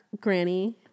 granny